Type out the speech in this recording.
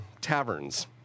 taverns